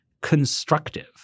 constructive